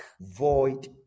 void